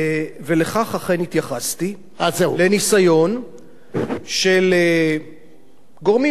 ולכך אכן התייחסתי לניסיון של גורמים